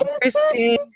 Christine